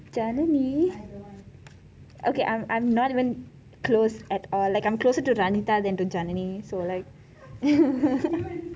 janani ok I am not even close at all like I am closer to vanitha than to janani